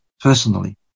personally